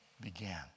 began